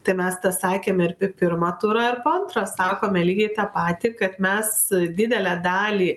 tai mes tą sakėm ir per pirmą turą antrą sakome lygiai tą patį kad mes didelę dalį